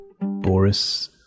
Boris